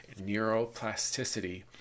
neuroplasticity